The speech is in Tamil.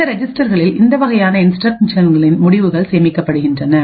இந்தரெஜிஸ்டர்களில் இந்த வகையான இன்ஸ்டிரக்ஷன்களின் முடிவுகள் சேமிக்கப்படுகின்றன